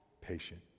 patient